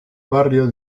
barrio